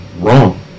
wrong